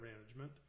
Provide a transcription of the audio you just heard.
management